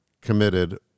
committed